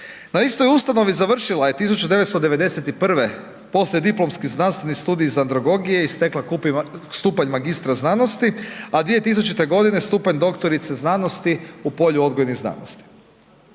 Na istoj ustanovi završila je 1991. poslijediplomski znanstveni studij iz andragogije i stekla stupanj magistra znanosti, a 2000. stupanj doktorice znanosti u polju odgojnih znanosti.